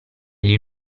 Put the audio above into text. gli